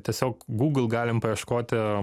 tiesiog google galim paieškoti